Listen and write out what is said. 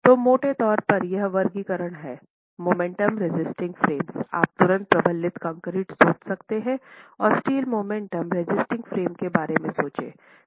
तो मोटे तौर पर यह वर्गीकरण है मोमेंट रेसिस्टिंग फ्रेम्स आप तुरंत प्रबलित कंक्रीट सोच सकते हैं और स्टील मोमेंट रेसिस्टिंग फ्रेम्स के बारे में सोचें जो हम बात कर रहे हैं